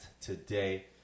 today